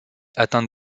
atteinte